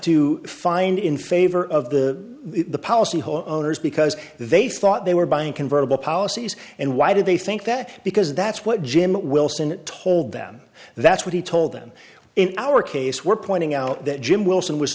to find in favor of the policyholder owners because they thought they were buying convertible policies and why did they think that because that's what jim wilson told them that's what he told them in our case we're pointing out that jim wilson was